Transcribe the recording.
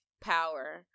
power